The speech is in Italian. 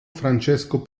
francesco